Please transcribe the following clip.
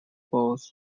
both